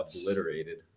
obliterated